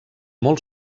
molt